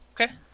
Okay